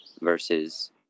versus